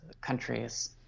countries